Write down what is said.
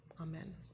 amen